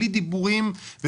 בלי דיבורים,